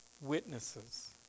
witnesses